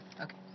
Okay